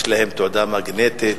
יש להם תעודה מגנטית,